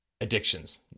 addictions